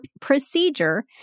procedure